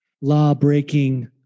law-breaking